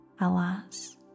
Alas